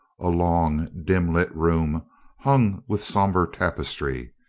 a long, dim lit room hung with somber tapestry.